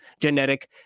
genetic